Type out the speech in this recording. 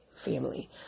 family